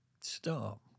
Stop